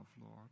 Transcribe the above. Lord